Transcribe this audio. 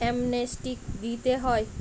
amnesty দিতে হয়